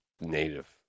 native